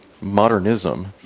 modernism